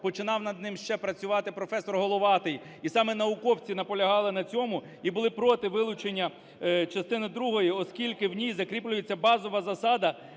починав над ним ще працювати професор Головатий. І саме науковці наполягали на цьому і були проти вилучення частини другої, оскільки в ній закріплюється базова засада